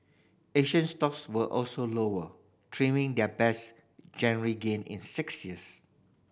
asian stocks were also lower trimming their best January gain in six years